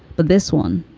but this one,